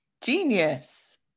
genius